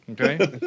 Okay